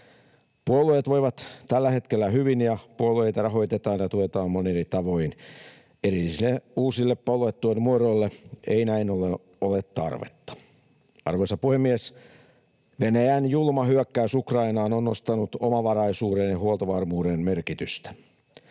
Puolueet voivat tällä hetkellä hyvin ja puolueita rahoitetaan ja tuetaan monin eri tavoin. Erillisille uusille puoluetuen muodoille ei näin ollen ole tarvetta. Arvoisa puhemies! Venäjän julma hyökkäys Ukrainaan on nostanut omavaraisuuden ja huoltovarmuuden merkitystä.